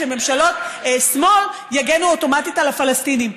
שממשלות שמאל יגנו אוטומטית על הפלסטינים,